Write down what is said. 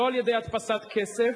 לא על-ידי הדפסת כסף,